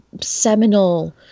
seminal